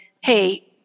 hey